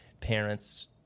parents